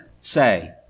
say